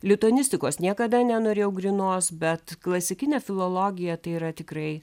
lituanistikos niekada nenorėjau grynos bet klasikinė filologija tai yra tikrai